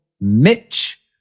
Mitch